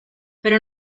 pero